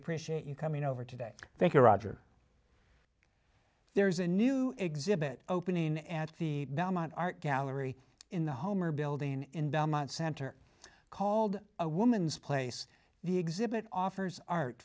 appreciate you coming over today thank you roger there's a new exhibit opening and the belmont art gallery in the homer building in belmont center called a woman's place the exhibit offers art